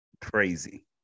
Crazy